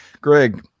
Greg